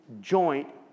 joint